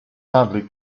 sadly